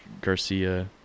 Garcia